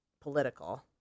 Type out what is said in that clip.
political